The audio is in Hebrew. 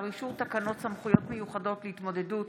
אישור תקנות סמכויות מיוחדות להתמודדות